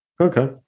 okay